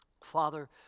Father